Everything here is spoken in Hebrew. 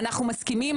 אנחנו מסכימים,